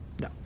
No